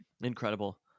Incredible